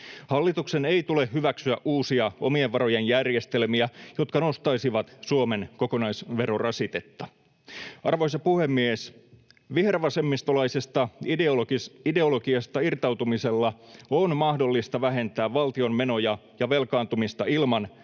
Hallituksen ei tule hyväksyä uusia omien varojen järjestelmiä, jotka nostaisivat Suomen kokonaisverorasitetta. Arvoisa puhemies! Vihervasemmistolaisesta ideologiasta irtautumisella on mahdollista vähentää valtion menoja ja velkaantumista ilman,